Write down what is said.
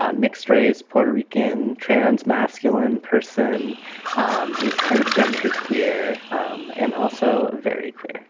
ah mixed race puerto rican trans masculine person um who's kind of genderqueer um and also very queer